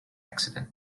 accident